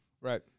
Right